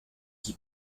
qui